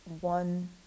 one